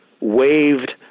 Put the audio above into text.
waived